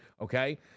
okay